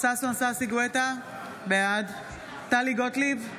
ששון ששי גואטה, בעד טלי גוטליב,